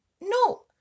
no